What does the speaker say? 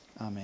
Amen